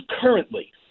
currently